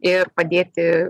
ir padėti